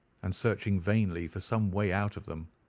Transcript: and searching vainly for some way out of them.